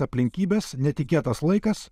aplinkybės netikėtas laikas